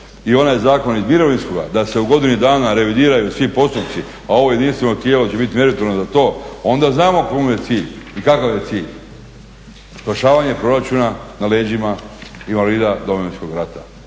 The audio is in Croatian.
i onaj zakon iz mirovinskoga da se u godini dana revidiraju svi postupci, a ovo jedinstveno tijelo će biti meritorno da to, onda znamo kome je cilj i kakav je cilj. Spašavanje proračuna na leđima invalida Domovinskog rata,